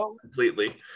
completely